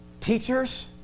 Teachers